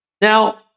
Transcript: Now